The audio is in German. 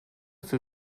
für